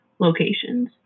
locations